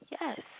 Yes